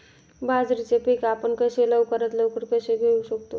बाजरीचे पीक आपण लवकरात लवकर कसे घेऊ शकतो?